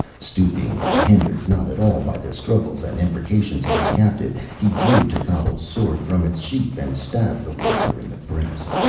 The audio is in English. stooping, and hindered not at all by the struggles and imprecations of his captive, he drew techotl's sword from its sheath and stabbed the warrior in the breast.